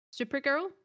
Supergirl